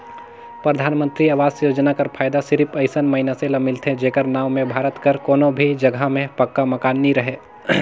परधानमंतरी आवास योजना कर फएदा सिरिप अइसन मइनसे ल मिलथे जेकर नांव में भारत कर कोनो भी जगहा में पक्का मकान नी रहें